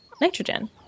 nitrogen